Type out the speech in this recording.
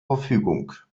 verfügung